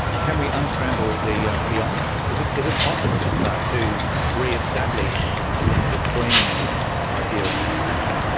can we unscramble the yeah the omelette? is it is it possible to re-establish a link between idea and manufacturing?